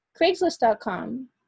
Craigslist.com